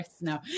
no